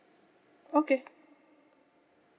okay